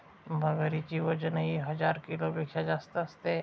मगरीचे वजनही हजार किलोपेक्षा जास्त असते